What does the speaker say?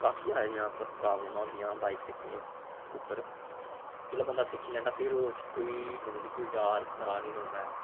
काफी सारियां प्राब्लमा होंदियां बाइक सिक्खने उप्पर जिसलै बंदा सिक्खी लैंदा फिर उसी कोई मतलब कि कोई डर त्राह् नेईं रौंह्दा ऐ